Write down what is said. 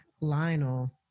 Lionel